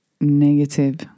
negative